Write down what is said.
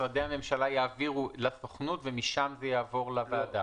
משרדי הממשלה יעבירו לסוכנות ומשם זה יעבור לוועדה.